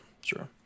sure